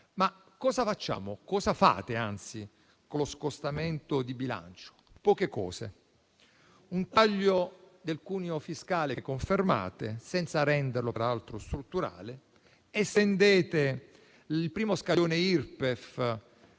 Cosa facciamo, cosa fate, anzi, con lo scostamento di bilancio? Poche cose. Un taglio del cuneo fiscale, che confermate, senza renderlo peraltro strutturale; estendete poi il primo scaglione Irpef